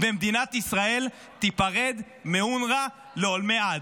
ומדינת ישראל תיפרד מאונר"א לעולמי עד.